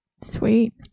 Sweet